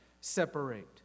separate